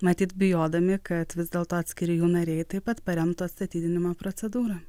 matyt bijodami kad vis dėlto atskiri jų nariai taip pat paremtų atstatydinimo procedūrą